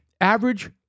average